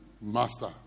Master